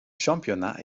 championnat